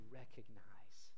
recognize